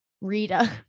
Rita